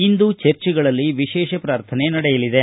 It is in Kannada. ಇಂದು ಚರ್ಚ್ಗಳಲ್ಲಿ ವಿಶೇಷ ಪ್ರಾರ್ಥನೆ ನಡೆಯಲಿವೆ